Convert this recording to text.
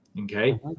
okay